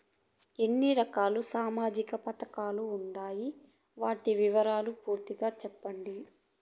ఎన్ని రకాల సామాజిక పథకాలు ఉండాయి? వాటి వివరాలు పూర్తిగా సెప్పండి?